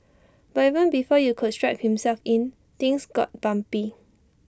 but even before you could strap himself in things got bumpy